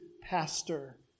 pastor